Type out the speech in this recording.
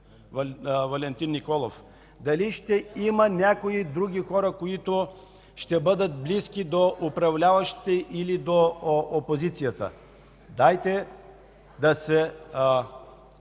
Валентин Николов; дали ще има някои други хора, които ще бъдат близки до управляващите или до опозицията. Дайте да